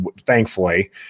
thankfully